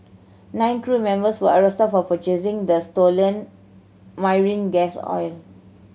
nine crew members were arrested for purchasing the stolen marine gas oil